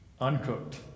uncooked